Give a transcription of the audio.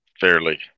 fairly